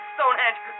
Stonehenge